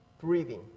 breathing